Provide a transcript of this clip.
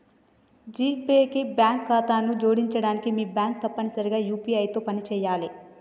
GPay కి bank ఖాతాను జోడించడానికి మీ బ్యాంక్ తప్పనిసరిగా యూ.పీ.ఐ తో పనిచేయాలే